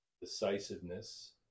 decisiveness